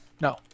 No